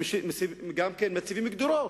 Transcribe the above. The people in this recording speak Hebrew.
גם מציבים גדרות,